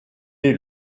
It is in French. est